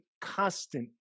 constant